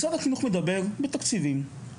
משרד החינוך מדבר בתקציבים,